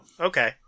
okay